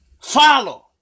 Follow